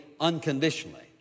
unconditionally